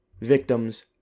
victims